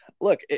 Look